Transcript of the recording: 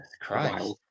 Christ